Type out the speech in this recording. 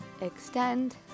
extend